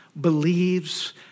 believes